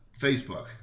Facebook